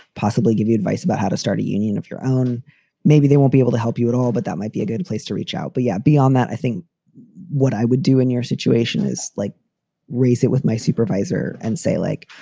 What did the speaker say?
possibly give you advice about how to start a union of your own maybe they won't be able to help you at all, but that might be a good place to reach out. but, yeah, beyond that, i think what i would do in your situation is like raise it with my supervisor and say, like,